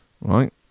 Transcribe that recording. Right